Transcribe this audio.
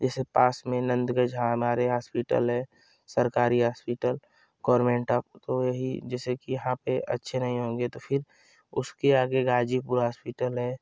जैसे पास में हमारे हासपिटल है सरकारी हासपिटल गरमेंट ऑफ त वही जैसे कि यहाँ पर अच्छे नहीं होंगे तो फिर उसके आगे गाजीपुर हासपिटल है